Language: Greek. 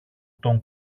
τον